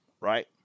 right